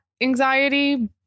anxiety